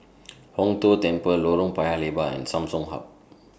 Hong Tho Temple Lorong Paya Lebar and Samsung Hub